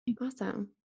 Awesome